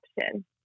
option